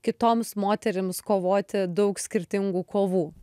kitoms moterims kovoti daug skirtingų kovų